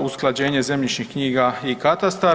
usklađenje zemljišnih knjiga i katastar.